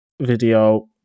video